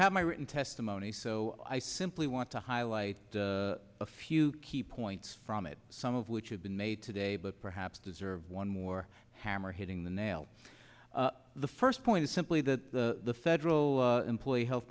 have my written testimony so i simply want to highlight a few key points from it some of which have been made today but perhaps deserve one more hammer hitting the nail on the first point is simply that the federal employee health